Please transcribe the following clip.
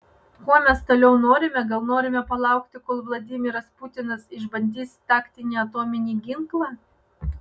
ko mes toliau norime gal norime palaukti kol vladimiras putinas išbandys taktinį atominį ginklą